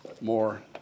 more